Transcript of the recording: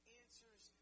answers